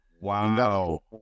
Wow